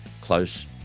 close